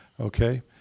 okay